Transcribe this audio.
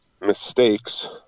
mistakes